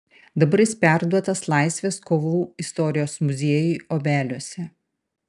dabar jis perduotas laisvės kovų istorijos muziejui obeliuose